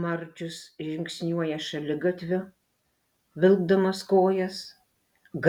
marčius žingsniuoja šaligatviu vilkdamas kojas